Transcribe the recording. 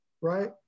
right